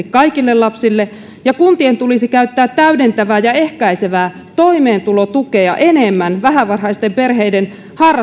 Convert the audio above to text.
kaikille lapsille ja kuntien tulisi käyttää täydentävää ja ehkäisevää toimeentulotukea enemmän vähävaraisten perheiden